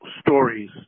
stories